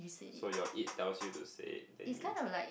so your it tells you to say then you